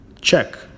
Check